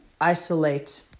isolate